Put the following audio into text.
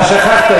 אתה שכחת,